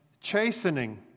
chastening